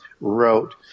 wrote